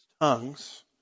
tongues